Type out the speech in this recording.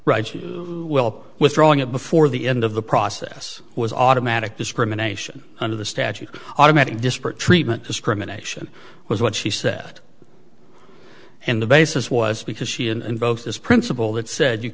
offer well withdrawing it before the end of the process was automatic discrimination under the statute automatic disparate treatment discrimination was what she said and the basis was because she and in both this principle that said you